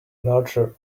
larger